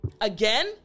Again